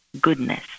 goodness